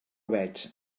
veig